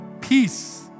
peace